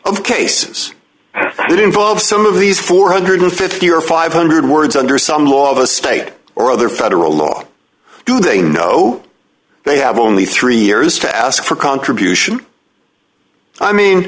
it involves some of these four hundred and fifty or five hundred words under some law of a state or other federal law do they know they have only three years to ask for contribution i mean